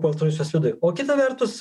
baltarusijos viduj o kita vertus